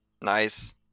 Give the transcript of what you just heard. Nice